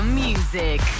music